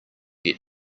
get